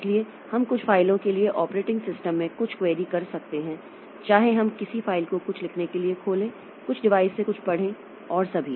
इसलिए हम कुछ फाइलों के लिए ऑपरेटिंग सिस्टम में कुछ क्वेरी कर सकते हैं चाहे हम किसी फाइल को कुछ लिखने के लिए खोले कुछ डिवाइस से कुछ पढ़ें और सभी